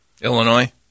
Illinois